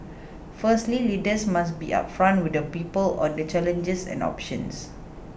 firstly leaders must be upfront with the people on the challenges and options